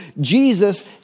Jesus